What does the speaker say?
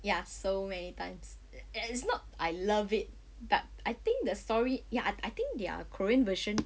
ya so many times and it's not I love it but I think the story ya I I think their korean version